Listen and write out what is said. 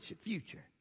future